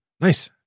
nice